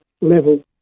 level